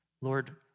Lord